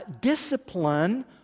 discipline